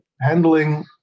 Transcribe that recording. handling